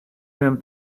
him